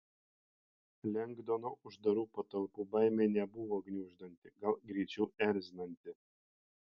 lengdono uždarų patalpų baimė nebuvo gniuždanti gal greičiau erzinanti